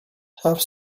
have